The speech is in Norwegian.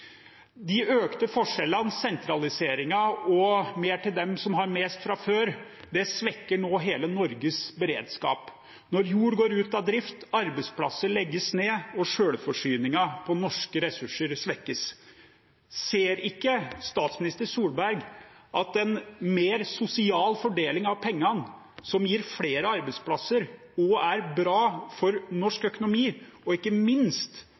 De økte forskjellene, sentraliseringen og mer til dem som har mest fra før, svekker nå hele Norges beredskap – når jord går ut av drift, arbeidsplasser legges ned og sjølforsyningen på norske ressurser svekkes. Ser ikke statsminister Solberg at en mer sosial fordeling av pengene, som gir flere arbeidsplasser, også er bra for norsk økonomi og ikke minst